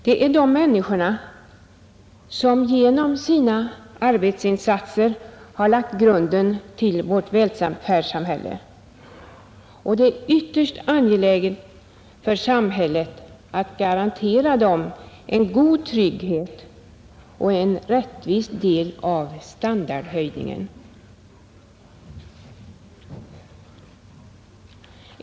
Det är de människorna, som genom sina arbetsinsatser har lagt grunden till värt välfärdssamhälle, och det är då ytterst angeläget för samhället att garantera dem en god trygghet och en rättvis del av standardhöjningen.